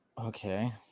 Okay